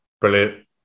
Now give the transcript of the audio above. Brilliant